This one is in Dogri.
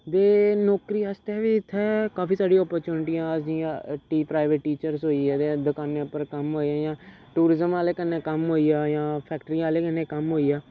ते नौकरी आस्तै बी इत्थें काफी सारी ऑप्रचुंटियां जियां टीचर प्राइवेट टीचर्स होई गे दकानें उप्पर कम्म होई गेआ जियां टूरिज्म आह्ले कन्नै कम्म होई गेआ जां फैक्ट्रियें आह्लें कन्नै कम्म होई गेआ